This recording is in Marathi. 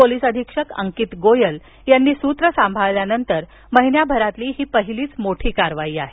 पोलिस अधीक्षक अंकित गोयल यांनी सूत्रे सांभाळल्यानंतर महिनाभरातील ही पहिलीच मोठी कारवाई आहे